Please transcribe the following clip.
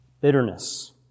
bitterness